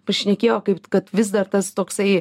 pašnekėjo kaip kad vis dar tas toksai